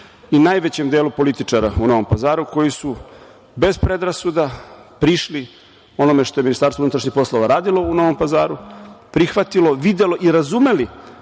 i najvećem delu političara u Novom Pazaru koji su bez predrasuda prišli onome što je Ministarstvo unutrašnjih poslova radilo u Novom Pazaru, prihvatili, videli i razumeli